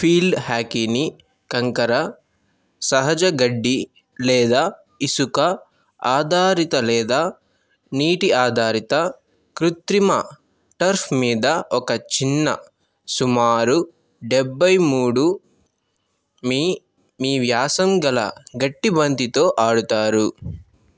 field హ్యకినీ కంకర సహజ గడ్డి లేదా ఇసుక ఆధారిత లేదా నీటి ఆధారిత కృత్రిమ టర్ఫ్ మీద ఒక చిన్న సుమారు డెబ్బై మూడు మీ మీ వ్యాసం గల గట్టి బంతితో ఆడతారు